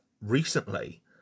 recently